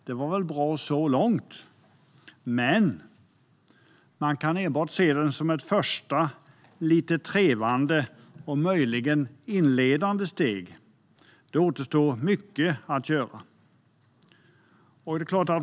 Det var väl bra så långt, men man kan enbart se strategin som ett första, lite trevande och möjligen inledande, steg. Det återstår mycket att göra.